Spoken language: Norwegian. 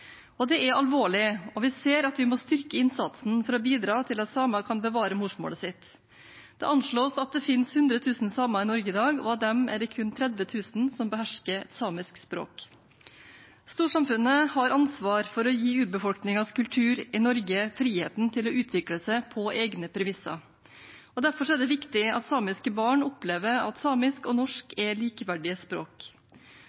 forsvinne. Det er alvorlig, og vi ser at vi må styrke innsatsen for å bidra til at samene kan bevare morsmålet sitt. Det anslås at det finnes 100 000 samer i Norge i dag, og av dem er det kun 30 000 som behersker samisk språk. Storsamfunnet har ansvar for å gi urbefolkningens kultur i Norge frihet til å utvikle seg på egne premisser. Derfor er det viktig at samiske barn opplever at samisk og norsk